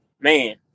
man